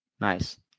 Nice